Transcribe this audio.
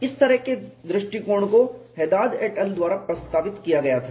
इस तरह के दृष्टिकोण को हद्दाद एट अल द्वारा प्रस्तावित किया गया था